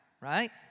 right